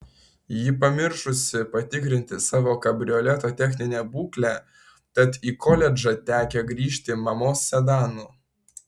ji pamiršusi patikrinti savo kabrioleto techninę būklę tad į koledžą tekę grįžti mamos sedanu